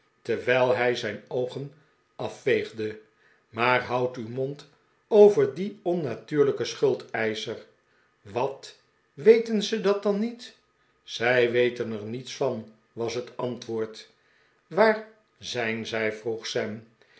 terwijl hij zijn oogen afveegde maar houd uw mond over dien onnatuurlijken schuldeischer wat weten ze dat dan niet zij weten er niets van was het antwoord waar zijn zij vroeg